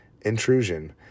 intrusion